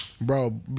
Bro